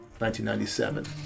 1997